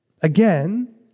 Again